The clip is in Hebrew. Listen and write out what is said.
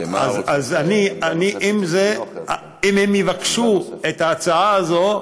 אם הם יבקשו את ההצעה הזאת,